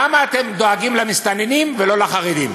למה אתם דואגים למסתננים ולא לחרדים?